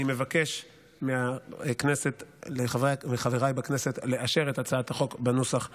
אני מבקש מהכנסת ומחבריי בכנסת לאשר את הצעת החוק בנוסח שהונח.